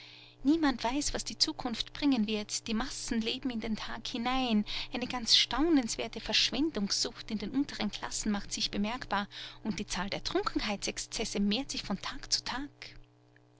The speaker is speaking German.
niemand weiß was die zukunft bringen wird die massen leben in den tag hinein eine ganz staunenswerte verschwendungssucht in den unteren klassen macht sich bemerkbar und die zahl der trunkenheitsexzesse mehrt sich von tag zu tag